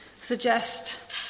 suggest